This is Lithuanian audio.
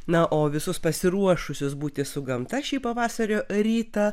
na o visus pasiruošusius būti su gamta šį pavasario rytą